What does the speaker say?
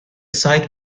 site